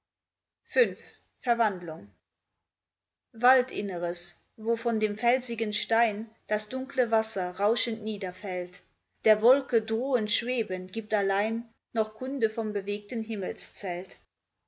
v verwandlung waldinneres wo von dem felsigen stein das dunkle wasser rauschend niederfällt der wolke drohend schweben gibt allein noch kunde vom bewegten himmelszelt